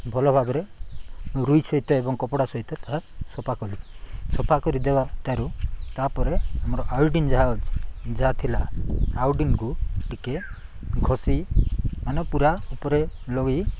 ଭଲ ଭାବରେ ରୁଇ ସହିତ ଏବଂ କପଡ଼ା ସହିତ ତା' ସଫା କଲି ସଫା କରିଦବା ତାରୁ ତା'ପରେ ଆମର ଆୟୋଡିିନ୍ ଯାହା ଅଛି ଯାହା ଥିଲା ଆୟୋଡିନ୍ ଟିକେ ଘଷି ମାନେ ପୁରା ଉପରେ ଲଗାଇ